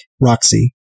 Roxy